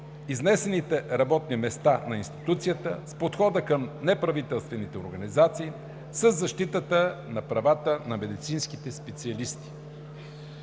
изнесените работни места на институцията, с подхода към неправителствените организации, със защитата на правата на медицинските специалисти.